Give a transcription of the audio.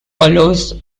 follows